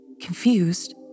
Confused